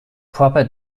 proper